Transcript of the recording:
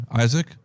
Isaac